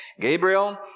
Gabriel